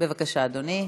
בבקשה, אדוני.